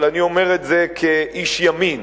אבל אני אומר את זה כאיש ימין: